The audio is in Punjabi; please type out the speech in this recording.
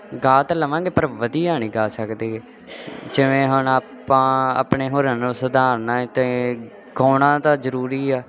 ਗਾ ਤਾਂ ਲਵਾਂਗੇ ਪਰ ਵਧੀਆ ਨਹੀਂ ਗਾ ਸਕਦੇ ਗੇ ਜਿਵੇਂ ਹੁਣ ਆਪਾਂ ਆਪਣੇ ਹੁਨਰ ਨੂੰ ਸੁਧਾਰਨਾ ਹੈ ਤਾਂ ਗਾਉਣਾ ਤਾਂ ਜ਼ਰੂਰੀ ਆ